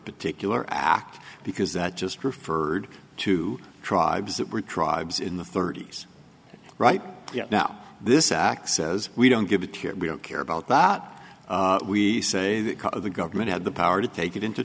particular act because that just referred to tribes that were tribes in the thirty's right now this act says we don't give a tear we don't care about but we say that the government had the power to take it into